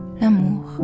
l'amour